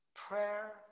Prayer